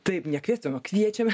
taip nekviesim o kviečiame